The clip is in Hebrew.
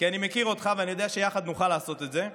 כי אני מכיר אותך ואני יודע שיחד נדע לעשות את זה.